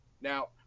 Now